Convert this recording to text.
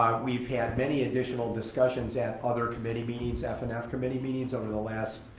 ah we've had many additional discussions at other committee meetings, f and f committee meetings over the last